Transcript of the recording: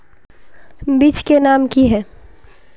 बीज के नाम की है?